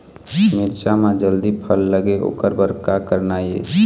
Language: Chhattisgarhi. मिरचा म जल्दी फल लगे ओकर बर का करना ये?